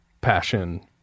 passion